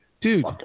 Dude